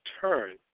turn